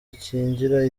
akingira